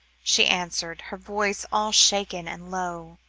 she answered, her voice all shaken and low.